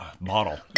bottle